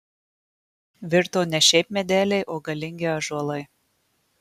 virto ne šiaip medeliai o galingi ąžuolai